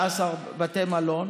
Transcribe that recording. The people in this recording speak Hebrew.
16 בתי מלון